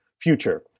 future